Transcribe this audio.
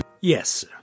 Yes